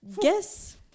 guess